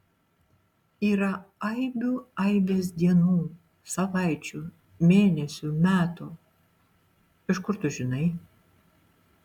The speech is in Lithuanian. yra aibių aibės dienų savaičių mėnesių metų iš kur tu žinai